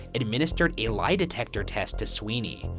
and administered a lie detector test to sweeney.